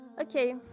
Okay